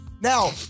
Now